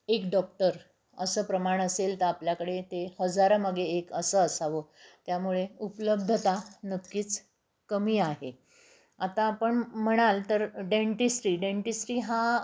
एक डॉक्टर असं प्रमाण असेल तर आपल्याकडे ते हजारामागे एक असं असावं त्यामुळे उपलब्धता नक्कीच कमी आहे आता आपण म्हणाल तर डेंटिस्ट्री डेंटिस्ट्री हा